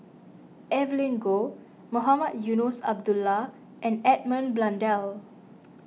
Evelyn Goh Mohamed Eunos Abdullah and Edmund Blundell